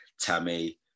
Tammy